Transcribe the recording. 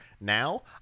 Now